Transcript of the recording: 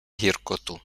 гіркоту